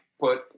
put